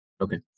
Okay